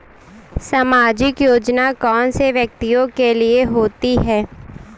सामाजिक योजना कौन से व्यक्तियों के लिए होती है?